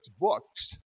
books